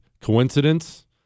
Coincidence